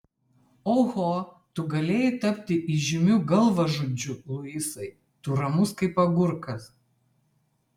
oho tu galėjai tapti įžymiu galvažudžiu luisai tu ramus kaip agurkas